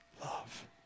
love